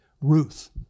Ruth